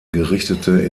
gerichtete